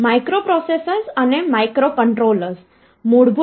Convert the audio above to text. microprocessors અને microcontrollers computing system નો ભાગ છે